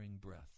breath